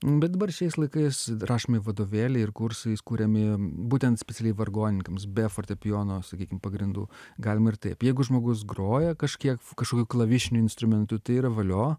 bet dabar šiais laikais rašomi vadovėliai ir kursais kuriami būtent specialiai vargonininkams be fortepijono sakykim pagrindų galima ir taip jeigu žmogus groja kažkiek kažkokiu klavišiniu instrumentu tai yra valio